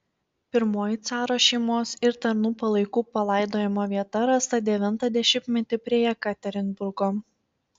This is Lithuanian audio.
pirmoji caro šeimos ir tarnų palaikų palaidojimo vieta rasta devintą dešimtmetį prie jekaterinburgo